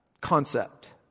concept